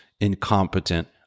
incompetent